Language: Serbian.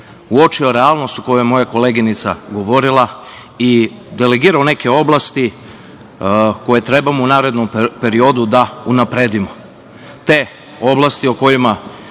uočio realnost o kojoj je moja koleginica govorila i delegirao neke oblasti koje treba u narednom periodu da unapredimo.